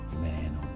Man